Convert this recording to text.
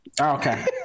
Okay